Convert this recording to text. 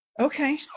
Okay